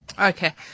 Okay